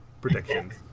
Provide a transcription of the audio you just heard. predictions